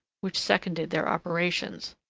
which seconded their operations.